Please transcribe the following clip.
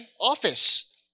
office